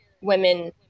women